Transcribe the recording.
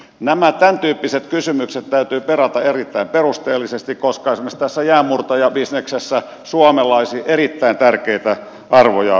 nämä tämäntyyppiset kysymykset täytyy perata erittäin perusteellisesti koska esimerkiksi tässä jäänmurtajabisneksessä suomella olisi erittäin tärkeitä arvoja puolustettavana